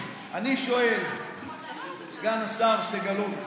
אני שואל סגן השר סגלוביץ'